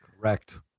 correct